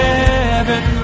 Heaven